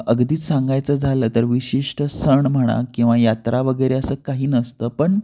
अगदीच सांगायचं झालं तर विशिष्ट सण म्हणा किंवा यात्रा वगैरे असं काही नसतं पण